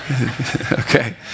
Okay